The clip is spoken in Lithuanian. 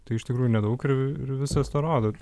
tai iš tikrųjų nedaug ir ir viskas tą rodo